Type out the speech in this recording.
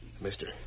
Mister